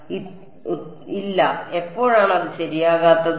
ഉത്തരം ഇല്ല എപ്പോഴാണ് അത് ശരിയാകാത്തത്